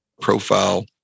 profile